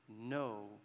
no